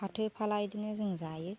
फाथो फाला बिदिनो जों जायो